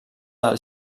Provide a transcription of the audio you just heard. del